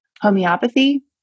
homeopathy